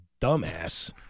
dumbass